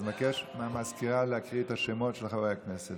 אז אני מבקש מסגנית המזכיר להקריא את השמות של חברי הכנסת.